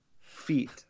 feet